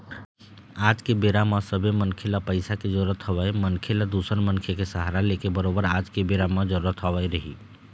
आज के बेरा म सबे मनखे ल पइसा के जरुरत हवय मनखे ल दूसर मनखे के सहारा लेके बरोबर आज के बेरा म जरुरत हवय ही